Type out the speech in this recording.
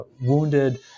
wounded